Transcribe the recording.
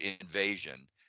invasion